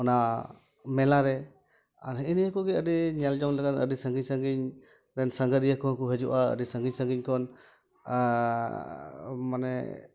ᱚᱱᱟ ᱢᱮᱞᱟᱨᱮ ᱟᱨ ᱱᱮᱜᱼᱮ ᱱᱤᱭᱟᱹ ᱠᱚᱜᱮ ᱟᱹᱰᱤ ᱧᱮᱞ ᱡᱚᱝ ᱞᱮᱠᱟᱱ ᱟᱹᱰᱤ ᱥᱟᱺᱜᱤᱧ ᱥᱟᱺᱜᱤᱧ ᱨᱮᱱ ᱥᱟᱸᱜᱷᱟᱨᱤᱭᱟᱹ ᱠᱚᱦᱚᱸ ᱠᱚ ᱦᱤᱡᱩᱜᱼᱟ ᱟᱹᱰᱤ ᱥᱟᱺᱜᱤᱧ ᱥᱟᱺᱜᱤᱧ ᱠᱷᱚᱱ ᱟᱻ ᱢᱟᱱᱮ